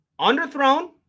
Underthrown